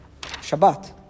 Shabbat